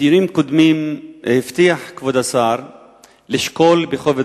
בדיונים קודמים הבטיח כבוד השר לשקול בכובד